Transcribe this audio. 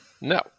No